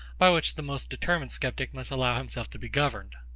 by which the most determined sceptic must allow himself to be governed.